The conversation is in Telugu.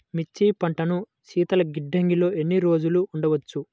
మిర్చి పంటను శీతల గిడ్డంగిలో ఎన్ని రోజులు ఉంచవచ్చు?